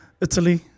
Italy